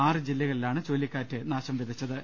ആറ് ജില്ലകളിലാണ് ചുഴലിക്കാറ്റ് നാശം വിത ച്ചത്